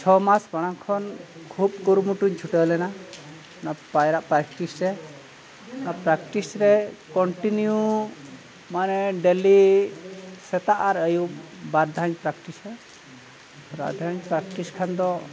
ᱪᱷᱚ ᱢᱟᱥ ᱢᱟᱲᱟᱝ ᱠᱷᱚᱱ ᱠᱷᱩᱵ ᱠᱩᱨᱩᱢᱩᱴᱩᱧ ᱪᱷᱩᱴᱟᱹᱣ ᱞᱮᱱᱟ ᱚᱱᱟ ᱯᱟᱭᱨᱟᱜ ᱯᱨᱮᱠᱴᱤᱥ ᱨᱮ ᱚᱱᱟ ᱯᱨᱮᱠᱴᱤᱥ ᱨᱮ ᱠᱚᱱᱴᱤᱱᱤᱭᱩ ᱢᱟᱱᱮ ᱰᱮᱞᱤ ᱥᱮᱛᱟᱜ ᱟᱨ ᱟᱹᱭᱩᱵ ᱵᱟᱨ ᱫᱷᱟᱣᱤᱧ ᱯᱨᱮᱠᱴᱤᱥᱟ ᱵᱟᱨ ᱫᱷᱟᱣᱤᱧ ᱯᱨᱮᱠᱴᱤᱥ ᱠᱷᱟᱱ ᱫᱚ